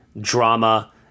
drama